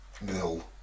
nil